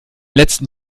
letzten